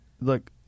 look